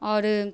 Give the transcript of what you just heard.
आओर